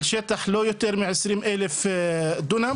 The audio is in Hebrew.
על שטח לא יותר מ-20,000 דונם.